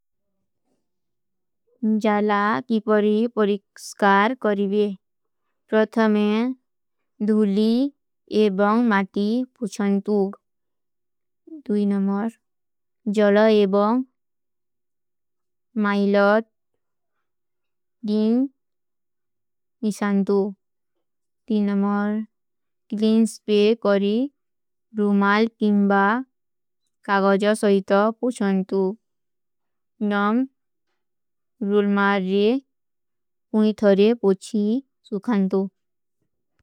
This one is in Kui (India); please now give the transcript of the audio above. ଜଲା କିପରୀ ପରିକ୍ସକାର କରିଵେ। ପ୍ରଥମେ, ଧୂଲୀ ଏବଂଗ ମାତୀ ପୁଛଂତୁ। ଦୂଈ ନମର, ଜଲା ଏବଂଗ ମାହିଲତ ଗିଂଗ ନିଶଂତୁ। ଦୀ ନମର, କିଲିଂଜ ପେ କରୀ ରୁମାଲ କିମବା କାଗଜା ସହୀତ ପୁଛଂତୁ। ଦୂଈ ନମର, କିଲିଂଜ ପେ କାଗଜା ସହୀତ ପୁଛଂତୁ।